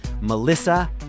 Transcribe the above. Melissa